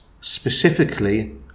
specifically